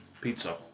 Pizza